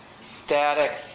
static